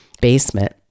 basement